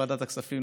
ועדת הכספים,